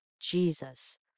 Jesus